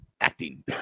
Acting